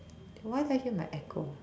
why can I hear my echo